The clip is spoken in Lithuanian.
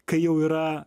kai jau yra